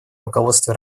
руководстве